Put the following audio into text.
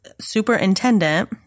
superintendent